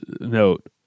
note